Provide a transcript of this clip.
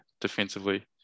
defensively